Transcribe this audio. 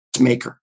maker